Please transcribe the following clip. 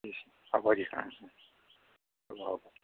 হ'ব দিয়া